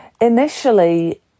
initially